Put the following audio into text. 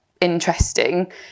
interesting